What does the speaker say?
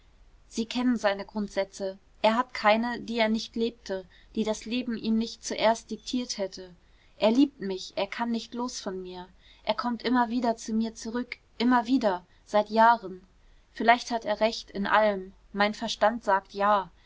sie kennen seine grundsätze er hat keine die er nicht lebte die das leben ihm nicht zuerst diktiert hätte er liebt mich er kann nicht los von mir er kommt immer wieder zu mir zurück immer wieder seit jahren vielleicht hat er recht in allem mein verstand sagt ja